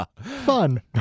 fun